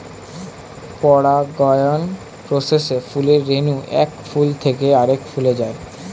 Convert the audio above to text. পরাগায়ন প্রসেসে ফুলের রেণু এক ফুল থেকে আরেক ফুলে যায়